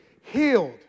healed